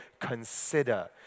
consider